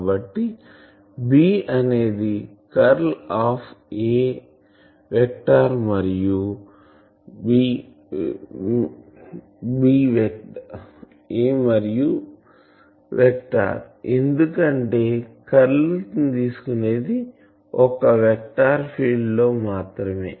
కాబట్టి B అనేది curl of A vector మరియు వెక్టార్ ఎందుకంటే కర్ల్ ని తీసుకొనేది ఒక్క వెక్టార్ ఫీల్డ్ లో మాత్రమే